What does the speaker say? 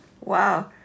Wow